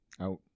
out